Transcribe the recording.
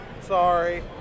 Sorry